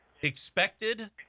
expected